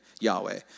Yahweh